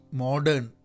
modern